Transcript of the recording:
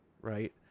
right